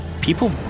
People